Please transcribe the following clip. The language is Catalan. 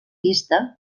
pista